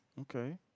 okay